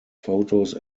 photos